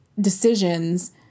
decisions